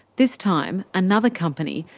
this time, another company,